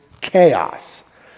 chaos